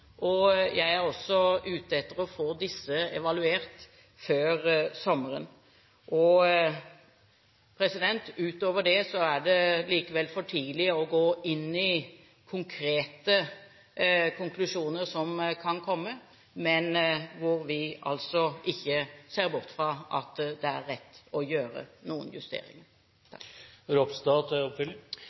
Jeg er også ute etter å få disse evaluert før sommeren. Utover det er det for tidlig å gå inn i konkrete konklusjoner som kan komme, men hvor vi altså ikke ser bort fra at det er rett å gjøre noen justeringer.